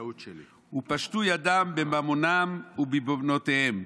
ופשטו ידם בממונם ובבנותיהם,